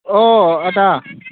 अ आदा